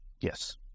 Yes